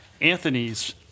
Anthony's